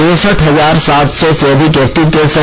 उनसठ हजार सात सौ से अधिक एक्टिव केस हैं